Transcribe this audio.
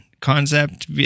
concept